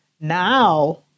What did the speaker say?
now